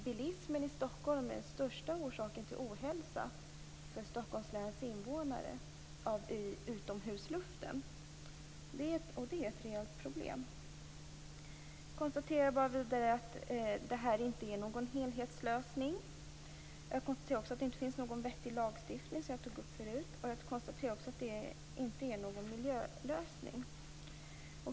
Bilismen i Stockholm är den största orsaken till ohälsa hos Stockholms läns invånare när det gäller utomhusluften. Det är ett stort problem. Det här är inte fråga om någon helhetslösning. Det finns inte heller någon vettig lagstiftning. Jag konstaterar också att uppgörelsen inte innebär någon miljölösning.